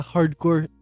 Hardcore